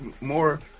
more